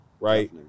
right